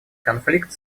конфликт